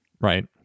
right